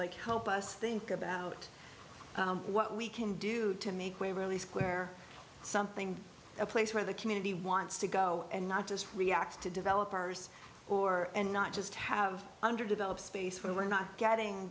like help us think about what we can do to make waverly square something a place where the community wants to go and not just react to developers or and not just have underdeveloped space where we're not getting